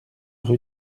rue